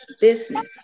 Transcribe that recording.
business